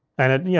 and it, and yeah